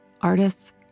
Artists